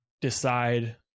decide